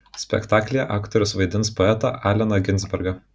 spektaklyje aktorius vaidins poetą alleną ginsbergą